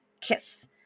kiss